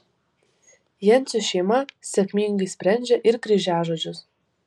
jencių šeima sėkmingai sprendžia ir kryžiažodžius